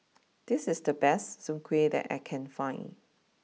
this is the best Soon Kuih that I can find